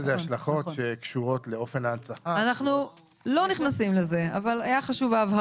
אנחנו בדקנו את זה, נכון.